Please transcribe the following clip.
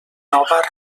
nova